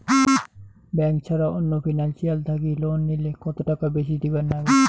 Bank ছাড়া অন্য financial থাকি লোন নিলে কতটাকা বেশি দিবার নাগে?